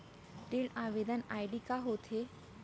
ऋण आवेदन आई.डी का होत हे?